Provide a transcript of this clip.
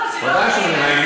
בוודאי שמודעים.